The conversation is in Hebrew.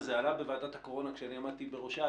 וזה עלה בוועדת הקורונה כשאני עמדתי בראשה,